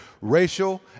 racial